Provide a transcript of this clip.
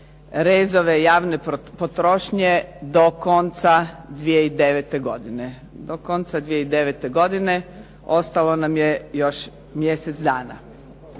konca 2009. godine. Do konca 2009. godine ostalo nam je još mjesec dana.